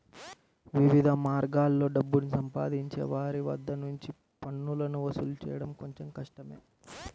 వివిధ మార్గాల్లో డబ్బుని సంపాదించే వారి వద్ద నుంచి పన్నులను వసూలు చేయడం కొంచెం కష్టమే